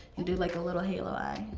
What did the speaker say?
and do like a little halo line.